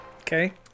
Okay